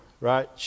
right